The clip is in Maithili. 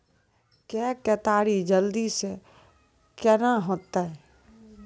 के केताड़ी जल्दी से के ना होते?